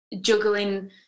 juggling